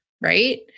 Right